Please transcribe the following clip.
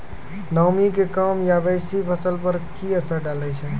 नामी के कम या बेसी फसल पर की असर डाले छै?